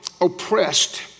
oppressed